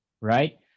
right